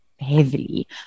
Heavily